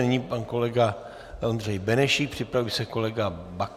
Nyní pan kolega Ondřej Benešík, připraví se kolega Baxa.